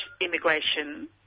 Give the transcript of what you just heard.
immigration